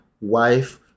wife